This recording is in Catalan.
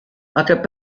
aquest